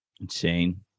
insane